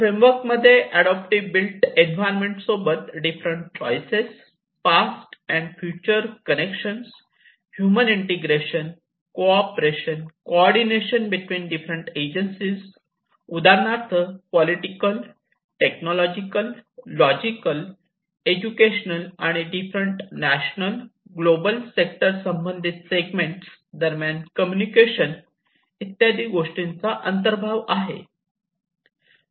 framework मध्ये adaptive built environment सोबत different choice past fast and future connection human integration cooperation coordination between different agencies उदाहरणार्थ political technological logical educational आणि different national global sector संबंधित segment दरम्यान communication इत्यादी गोष्टींचा अंतर्भाव आहे